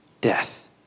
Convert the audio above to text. death